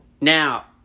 now